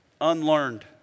unlearned